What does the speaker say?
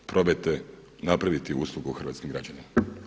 Probajte napraviti uslugu hrvatskim građanima.